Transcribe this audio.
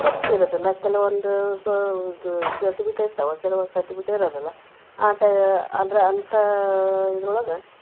ಗೊತ್ತಿರುದಿಲ್ಲ ಕೆಲವೊಂದು ಗ್ ಗ್ ಸರ್ಟಿಫಿಕೇಟ್ ಇರ್ತಾವ ಕೆಲವೊಂದು ಸರ್ಟಿಫಿಕೇಟ್ ಇರೋದಿಲ್ಲ ಆಟೆ ಅದರ ಅಂತಾ ಇದರೊಳಗ